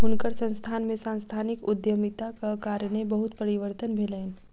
हुनकर संस्थान में सांस्थानिक उद्यमिताक कारणेँ बहुत परिवर्तन भेलैन